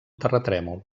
terratrèmol